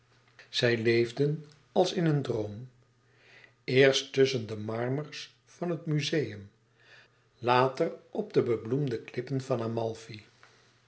zij leefden als in een droom eerst tusschen de marmers van het muzeum later op de bebloemde klippen van amalfi